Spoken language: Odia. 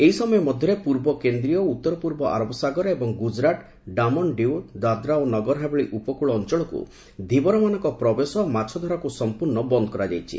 ଏହି ସମୟ ମଧ୍ୟରେ ପୂର୍ବ କେନ୍ଦ୍ରୀୟ ଓ ଉତ୍ତରପୂର୍ବ ଆରବ ସାଗର ଏବଂ ଗୁଜରାଟ ଡାମନ ଡିଉ ଦାଦ୍ରା ଓ ନଗର ହାବେଳୀ ଉପକୂଳ ଅଞ୍ଚଳକୁ ଧୀବରମାନଙ୍କ ପ୍ରବେଶ ଓ ମାଛଧରାକୁ ସଂପୂର୍ଣ୍ଣ ବନ୍ଦ କରାଯାଇଛି